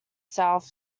south